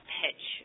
pitch